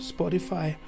Spotify